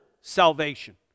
salvation